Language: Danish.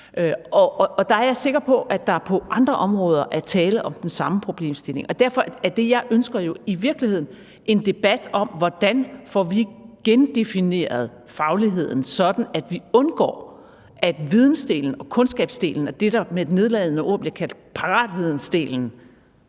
måske. Jeg er sikker på, at der på andre områder er tale om den samme problemstilling. Derfor er det, jeg ønsker, jo i virkeligheden en debat om, hvordan vi får gendefineret fagligheden, sådan at vi undgår, at vidensdelen, kundskabsdelen, og det, der med nedladende ord bliver kaldt paratvidensdelen,